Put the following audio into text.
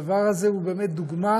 הדבר הזה הוא באמת דוגמה